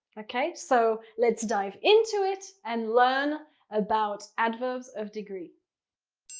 okay? so let's dive into it and learn about adverbs of degree.